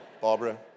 Barbara